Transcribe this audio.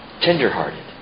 tenderhearted